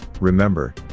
remember